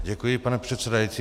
Děkuji, pane předsedající.